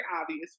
obvious